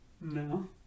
No